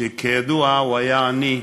שכידוע היה עני,